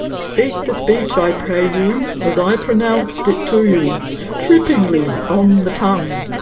speak the speech i pray you as i pronounced it to you trippingly on the tongue.